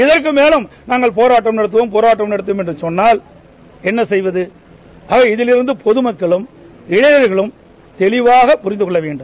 இதற்கு மேலும் நாங்கள் போராட்டம் நடத்துவோம் போராட்டம் நடத்துவோம் என்று சொன்னால் என்ன செய்வது ஆகவே இதிலிருந்து பொதமக்களும் இளைஞர்களும் தெளிவாக புரிந்து கொள்ள வேண்டும்